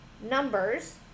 numbers